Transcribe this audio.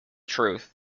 truth